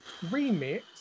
Remix